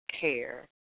care